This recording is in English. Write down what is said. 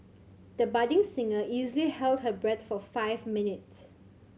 the budding singer easily held her breath for five minutes